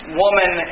woman